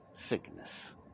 sickness